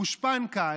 הגושפנקה,